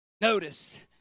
Notice